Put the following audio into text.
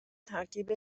ترکیب